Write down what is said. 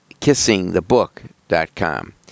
kissingthebook.com